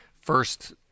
first